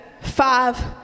five